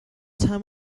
time